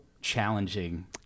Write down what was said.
challenging